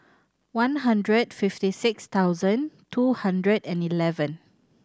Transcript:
one hundred fifty six thousand two hundred and eleven